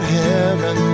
heaven